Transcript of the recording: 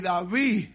David